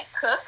cook